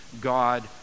God